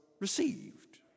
received